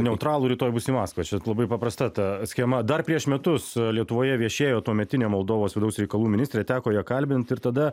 neutralų rytoj bus į maskvą čia labai paprasta ta schema dar prieš metus lietuvoje viešėjo tuometinė moldovos vidaus reikalų ministrė teko ją kalbint ir tada